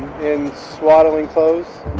in swaddling clothes.